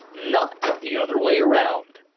not the other way around.